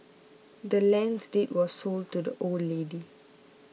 the land's deed was sold to the old lady